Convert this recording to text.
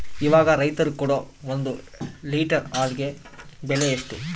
ಇವಾಗ ರೈತರು ಕೊಡೊ ಒಂದು ಲೇಟರ್ ಹಾಲಿಗೆ ಬೆಲೆ ಎಷ್ಟು?